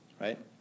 right